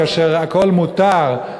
כשהכול מותר,